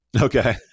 Okay